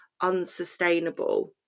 unsustainable